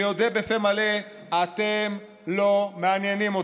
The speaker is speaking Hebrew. ויודה בפה מלא: אתם לא מעניינים אותי.